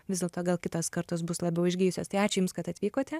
vis dėlto gal kitos kartos bus labiau išgijusios tai ačiū jums kad atvykote